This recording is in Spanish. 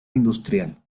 industrial